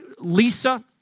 Lisa